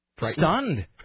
stunned